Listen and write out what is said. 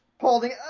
holding